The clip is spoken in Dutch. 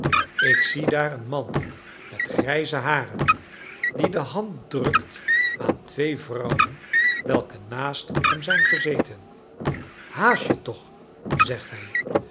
ik zie daar een man met grijze haren die de hand drukt aan twee vrouwen welke naast hem zijn gezeten haast je toch zegt hij